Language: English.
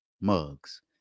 mugs